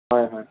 হয় হয়